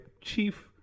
chief